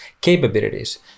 capabilities